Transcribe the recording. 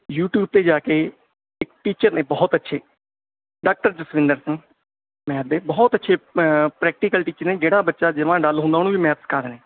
YouTube 'ਤੇ ਜਾ ਕੇ ਇੱਕ ਟੀਚਰ ਨੇ ਬਹੁਤ ਅੱਛੇ ਡਾਕਟਰ ਜਸਵਿੰਦਰ ਸਿੰਘ ਮੈਥ ਦੇ ਬਹੁਤ ਅੱਛੇ ਅਂ ਪ੍ਰੈਕਟੀਕਲ ਟੀਚਰ ਨੇ ਜਿਹੜਾ ਬੱਚਾ ਜਮ੍ਹਾਂ ਡੱਲ ਹੁੰਦਾ ਉਹਨੂੰ ਵੀ ਮੈਥ ਸਿਖਾ ਦਿੰਦੇ